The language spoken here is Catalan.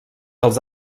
els